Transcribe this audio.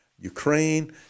Ukraine